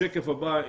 בשקף הבא,